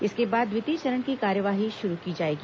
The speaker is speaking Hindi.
इसके बाद द्वितीय चरण की कार्यवाही शुरू की जाएगी